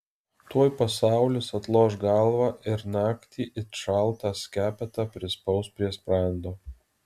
tuoj pasaulis atloš galvą ir naktį it šaltą skepetą prispaus prie sprando